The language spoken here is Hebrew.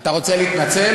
אתה רוצה להתנצל?